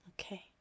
okay